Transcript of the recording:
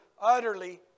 utterly